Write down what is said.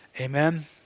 Amen